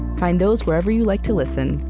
find those wherever you like to listen,